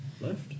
Left